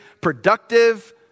productive